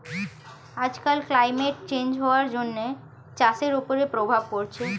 আজকাল climate change হওয়ার জন্য চাষের ওপরে প্রভাব পড়ছে